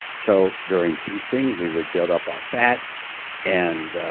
so during feasting, we would build up our fat and